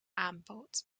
aanbod